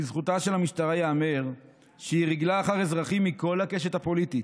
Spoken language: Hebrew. לזכותה של המשטרה ייאמר שהיא ריגלה אחר אזרחים מכל הקשת הפוליטית: